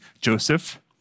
Joseph